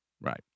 Right